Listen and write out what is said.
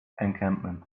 encampment